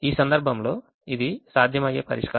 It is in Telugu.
ఈ సందర్భంలో ఇది సాధ్యమయ్యే పరిష్కారం